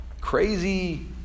crazy